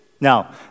Now